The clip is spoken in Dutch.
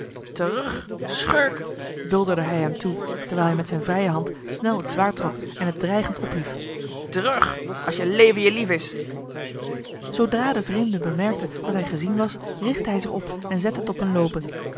terug schurk bulderde hij hem toe terwijl hij met zijne vrije hand snel het zwaard trok en het dreigend ophief terug als je leven je lief is zoodra de vreemde bemerkte dat hij gezien was richtte hij zich op en zette het op een loopen